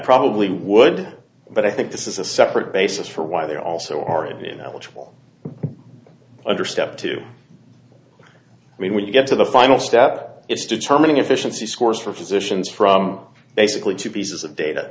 probably would but i think this is a separate basis for why they also aren't you know which will under step two i mean when you get to the final step it's determining efficiency scores for physicians from basically two pieces of data